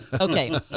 Okay